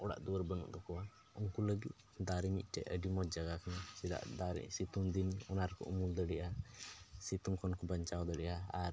ᱚᱲᱟᱜ ᱫᱩᱣᱟᱹᱨ ᱵᱟᱹᱱᱩᱜ ᱛᱟᱠᱚᱣᱟ ᱩᱱᱠᱩ ᱞᱟᱹᱜᱤᱫ ᱫᱟᱨᱮ ᱢᱤᱫᱴᱤᱡ ᱟᱹᱰᱤ ᱢᱚᱡᱽ ᱡᱟᱭᱜᱟ ᱠᱟᱱᱟ ᱪᱮᱫᱟᱜ ᱫᱟᱨᱮ ᱥᱤᱛᱩᱝ ᱫᱤᱱ ᱚᱱᱟ ᱨᱮ ᱠᱚ ᱩᱢᱩᱞ ᱫᱟᱲᱮᱭᱟᱜᱼᱟ ᱥᱤᱛᱩᱝ ᱠᱷᱚᱱ ᱠᱚ ᱵᱟᱧᱪᱟᱣ ᱫᱟᱲᱮᱭᱟᱜᱼᱟ ᱟᱨ